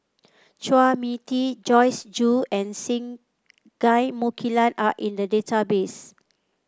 Chua Mia Tee Joyce Jue and Singai Mukilan are in the database